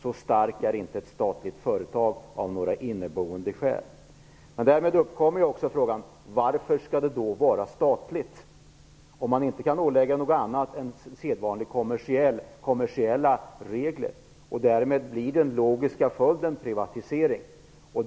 Så stark inneboende kraft har inte ett statlig företag. Därmed uppkommer då frågan: Varför skall det vara statligt ägande? Om man inte kan ålägga några andra uppgifter än sedvanligt kommersiella blir den logiska följden privatisering.